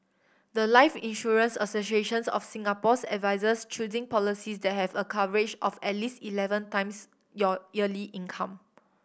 the life Insurance Associations of Singapore's advises choosing policies that have a coverage of at least eleven times your yearly income